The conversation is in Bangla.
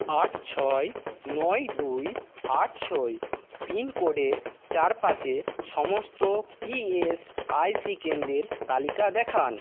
আট ছয় নয় দুই আট ছয় পিনকোডের চারপাশে সমস্ত ই এস আই সি কেন্দ্রের তালিকা দেখান